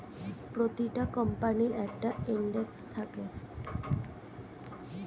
প্রতিটা কোম্পানির একটা ইন্ডেক্স থাকে